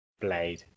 Blade